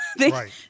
Right